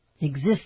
exist